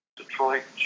Detroit